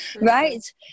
Right